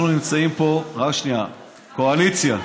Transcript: אנחנו נמצאים פה, רק שנייה, קואליציה,